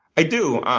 i do.